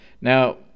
Now